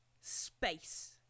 space